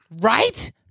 Right